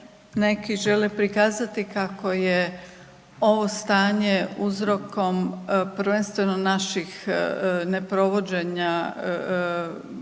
neki žele prikazati kako je ovo stanje uzrokom prvenstveno naših neprovođenja bilokakvih